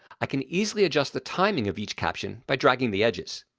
i can easily adjust the timing of each caption by dragging the edges.